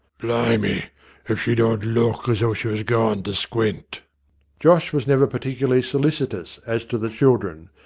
blimy if she don't look as though she was goin' to squint josh was never particularly solicitous as to the children,